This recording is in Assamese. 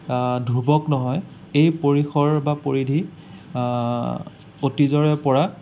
ধ্ৰুৱক নহয় এই পৰিসৰ বা পৰিধি অতীজৰে পৰা